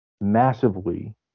massively